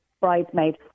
bridesmaid